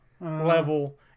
level